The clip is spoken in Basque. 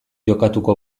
jokatuko